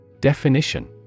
Definition